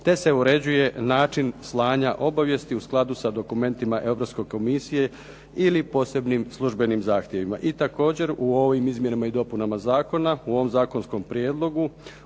te se uređuje način slanja obavijesti u skladu sa dokumentima Europske komisije ili posebnim službenim zahtjevima. I također, u ovim izmjenama i dopunama zakona, u ovom zakonskom prijedlogu